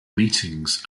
meetings